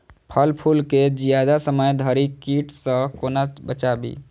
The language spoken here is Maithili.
फल फुल केँ जियादा समय धरि कीट सऽ कोना बचाबी?